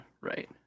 right